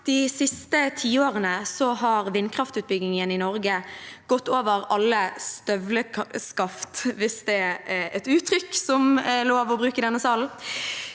De siste tiårene har vindkraftutbyggingen i Norge gått over alle støvelskaft – hvis det er et uttrykk som er lov å bruke i denne salen.